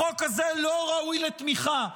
החוק הזה לא ראוי לתמיכה.